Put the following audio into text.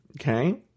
Okay